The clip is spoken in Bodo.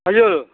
हायो